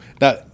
Now